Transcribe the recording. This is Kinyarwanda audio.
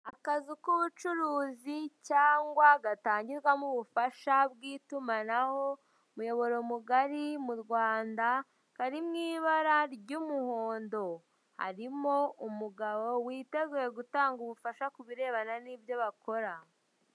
Akazu k'ubucuruzi cyangwa gatangirwamo ubufasha bw'itumanaho, umuyoboro mugari mu Rwanda, kari mw'ibara ry'umuhondo. Harimo umugabo witeguye gutanga ubufasha ku birebana n'ibyo bakora.